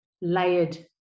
layered